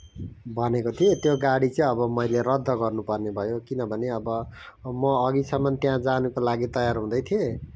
भनेको थिएँ त्यो गाडी चाहिँ अब मैले रद्द गर्नुपर्ने भयो किनभने अब म अघिसम्म त्यहाँ जानको लागि तयार हुँदै थिएँ